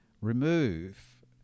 remove